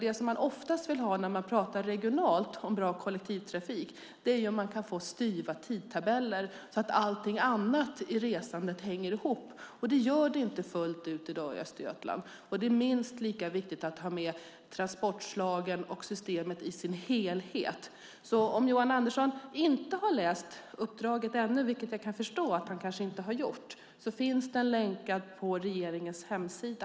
Det som man oftast vill ha när man pratar regionalt och om en bra kollektivtrafik är styva tidtabeller, så att allting annat i resandet hänger ihop. Det gör det inte fullt ut i dag i Östergötland. Det är minst lika viktigt att ha med transportslagen och systemet i sin helhet. Om Johan Andersson inte har läst uppdraget ännu - jag kan förstå att han kanske inte har gjort det - kan jag säga att det finns länkat på regeringens hemsida.